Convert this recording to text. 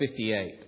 58